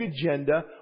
agenda